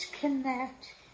connect